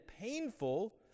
painful